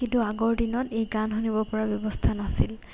কিন্তু আগৰ দিনত এই গান শুনিব পৰা ব্যৱস্থা নাছিল